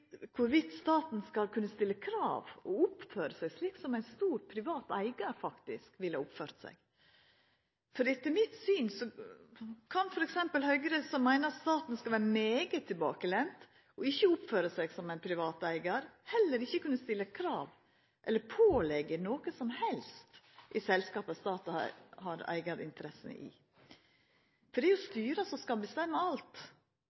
staten skal kunna stilla krav og oppføra seg slik som ein stor privat eigar faktisk ville oppført seg. Etter mitt syn kan f.eks. Høgre, som meiner at staten skal vera veldig tilbakelent og ikkje oppføra seg som ein privat eigar, heller ikkje kunna stilla krav eller påleggja noko som helst i selskapa staten har eigarinteresser i. Det er styra som skal bestemma alt